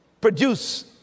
produce